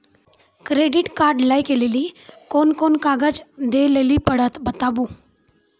Credit card लै के लेली कोने कोने कागज दे लेली पड़त बताबू?